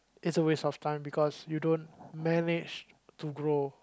it's a waste of time because you don't manage to grow